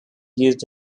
used